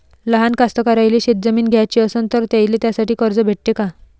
लहान कास्तकाराइले शेतजमीन घ्याची असन तर त्याईले त्यासाठी कर्ज भेटते का?